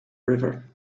river